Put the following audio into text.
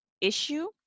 issue